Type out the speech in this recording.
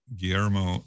Guillermo